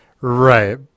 Right